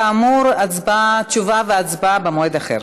כאמור, תשובה והצבעה במועד אחר.